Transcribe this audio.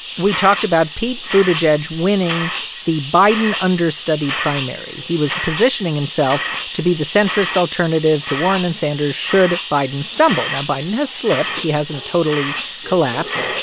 we talked about pete buttigieg winning the biden understudy primary. he was positioning himself to be the centrist alternative to warren and sanders should biden stumble. now, biden has slipped. he hasn't totally collapsed.